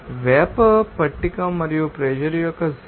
vapour పట్టిక మరియు pressure మీకు 0